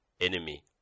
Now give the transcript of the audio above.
enemy